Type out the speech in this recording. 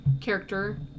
character